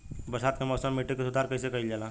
बरसात के मौसम में मिट्टी के सुधार कइसे कइल जाई?